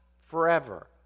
forever